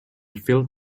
filled